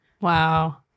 Wow